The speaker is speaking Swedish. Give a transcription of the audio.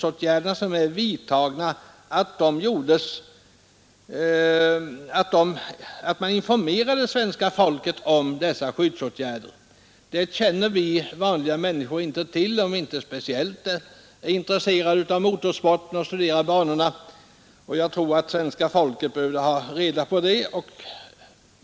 Jag tror det vore av betydelse att man informerade svenska folket om de skyddsåtgärder som är vidtagna. Vanliga människor känner inte till dem, om de inte är speciellt intresserade av motorsporten och studerar banorna. Jag tror att svenska folket behövde ha reda på detta.